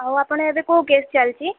ଆଉ ଆପଣ ଏବେ କୋଉ କେସ ଚାଲିଛି